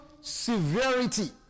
severity